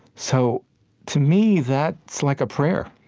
so to me, that's like a prayer.